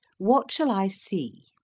what shall i see?